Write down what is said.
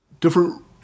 different